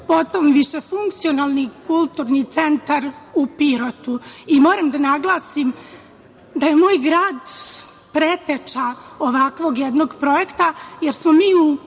potom višefunkcionalni kulturni centar u Pirotu. Moram da naglasim da je moj grad preteča ovakvog jednog projekta, jer smo mi u